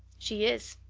she is,